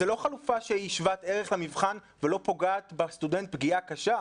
זו לא חלופה שהיא שוות ערך למבחן ולא פוגעת בסטודנט פגיעה קשה.